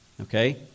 Okay